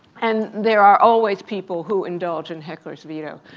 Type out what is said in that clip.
and there are always people who indulge in heckler's veto.